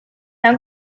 han